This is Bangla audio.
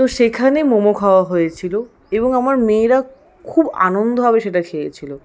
তো সেখানে মোমো খাওয়া হয়েছিলো এবং আমার মেয়েরা খুব আনন্দভাবে সেটা খেয়েছিল